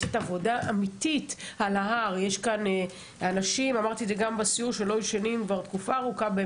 יש אנשים שכבר תקופה ארוכה לא ישנים